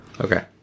Okay